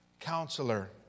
Counselor